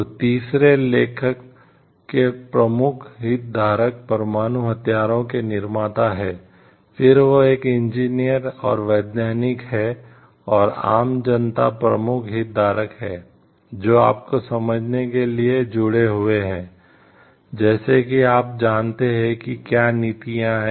तो तीसरे लेखक के प्रमुख हितधारक परमाणु हथियारों के निर्माता हैं फिर वह एक इंजीनियर और वैज्ञानिक हैं और आम जनता प्रमुख हितधारक हैं जो आपको समझने के लिए जुड़े हुए हैं जैसा कि आप जानते हैं कि क्या नीतियां हैं